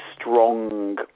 strong